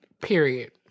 Period